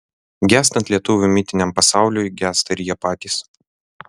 gęstant lietuvių mitiniam pasauliui gęsta ir jie patys